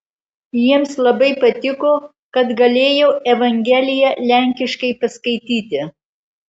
jiems labai patiko kad galėjau evangeliją lenkiškai paskaityti